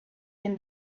been